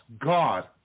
God